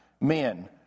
men